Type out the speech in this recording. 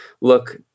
look